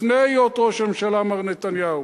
לפני היות ראש הממשלה מר נתניהו.